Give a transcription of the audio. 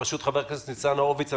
בראשות חבר הכנסת ניצן הורוביץ.